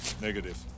Negative